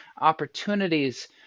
opportunities